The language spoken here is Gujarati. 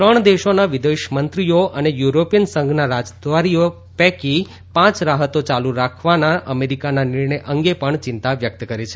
ત્રણ દેશોના વિદેશમંત્રીઓ અને યુરોપીયન સંઘના રાજદ્વારીએ સાત પૈકી પાંચ રાહતો ચાલુ રાખવાના અમેરીકાના નિર્ણય અંગે પણ ચિંતા વ્યક્ત કરી છે